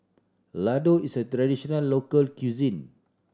ladoo is a traditional local cuisine